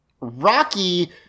Rocky